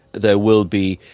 there will be,